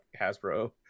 hasbro